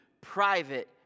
private